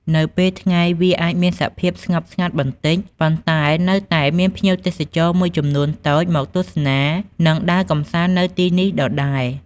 នៅពេលថ្ងៃ វាអាចមានសភាពស្ងប់ស្ងាត់បន្តិច ប៉ុន្តែនៅតែមានភ្ញៀវទេសចរមួយចំនួនតូចមកទស្សនា និងដើរកម្សាន្ដនៅទីនេះដដែល។